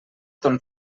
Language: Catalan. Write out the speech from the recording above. ton